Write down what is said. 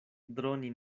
droni